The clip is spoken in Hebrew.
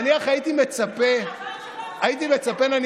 הייתי מצפה נניח